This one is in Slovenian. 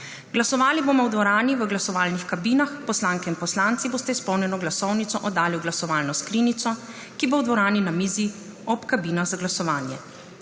Glasovali bomo v dvorani v glasovalnih kabinah. Poslanke in poslanci boste izpolnjeno glasovnico oddali v glasovalno skrinjico, ki bo v dvorani na mizi ob kabinah za glasovanje.